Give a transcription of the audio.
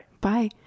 Bye